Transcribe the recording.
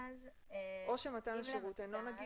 או שמתן השירות אינו נגיש.